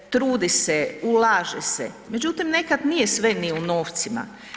Trudi se, ulaže se, međutim, nekad nije sve ni u novcima.